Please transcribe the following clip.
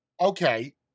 Okay